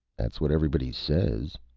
that's what everybody says.